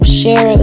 share